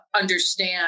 understand